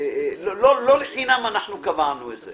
לא לחינם קבענו את זה